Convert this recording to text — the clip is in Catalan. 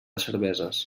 cerveses